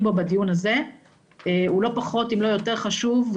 בו בדיון הזה הוא לא פחות אם לא יותר חשוב,